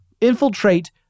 infiltrate